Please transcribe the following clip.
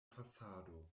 fasado